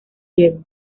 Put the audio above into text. diego